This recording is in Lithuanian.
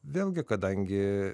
vėlgi kadangi